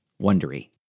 wondery